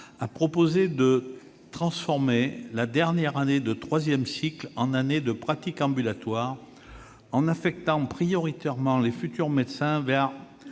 a proposé de transformer la dernière année de troisième cycle en année de pratique ambulatoire, en affectant prioritairement les futurs médecins vers